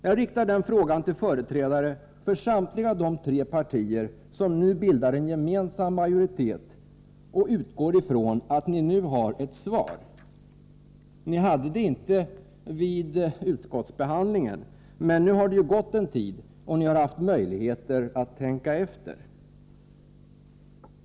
Jag riktar den frågan till företrädarna för samtliga de tre partier som nu bildar en gemensam majoritet, och jag utgår ifrån att ni nu har ett svar. Ni hade det inte vid utskottsbehandlingen, men nu har det ju gått en tid och ni har haft möjligheter att tänka efter.